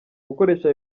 gukoresha